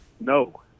no